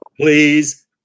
please